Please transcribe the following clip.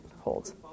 holds